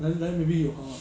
then then maybe 有可能啊